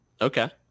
Okay